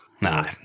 no